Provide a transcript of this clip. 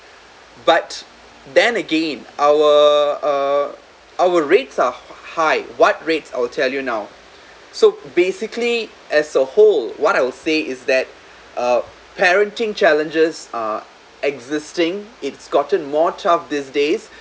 but then again our uh our rates are high what rates I'll tell you now so basically as a whole what I will say is that uh parenting challenges uh existing it's gotten more tough these days